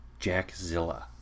Jackzilla